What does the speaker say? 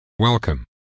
Welcome